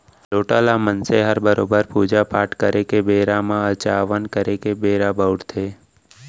लोटा ल मनसे हर बरोबर पूजा पाट करे के बेरा म अचावन करे के बेरा बउरथे